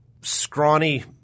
scrawny